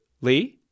Lee